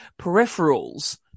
peripherals